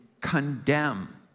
condemn